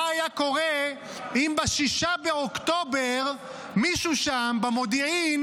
בואו נדמיין מה היה קורה אם ב-6 באוקטובר מישהו שם במודיעין